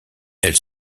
elle